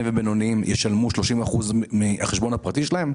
ובינוניים ישלמו 30% מהחשבון הפרטי שלהם?